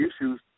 issues